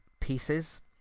pieces